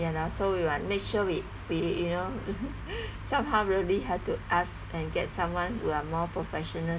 ya lor so we make sure we we you know somehow really have to ask and get someone who are more professional